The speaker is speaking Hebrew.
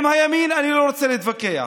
עם הימין אני לא רוצה להתווכח,